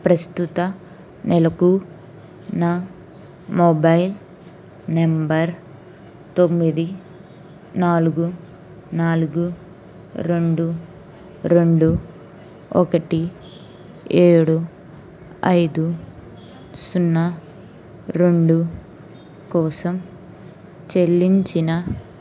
ప్రస్తుత నెలకు నా మొబైల్ నంబర్ తొమ్మిది నాలుగు నాలుగు రెండు రెండు ఒకటి ఏడు ఐదు సున్నా రెండు కోసం చెల్లించిన